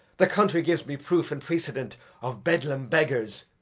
the country gives me proof and precedent of bedlam beggars,